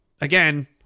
again